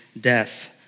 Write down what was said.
death